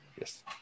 Yes